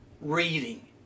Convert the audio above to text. reading